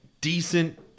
decent